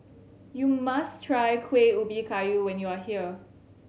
you must try Kueh Ubi Kayu when you are here